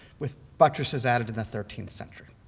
with buttresses added in the thirteenth century.